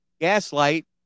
gaslight